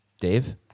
Dave